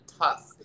tough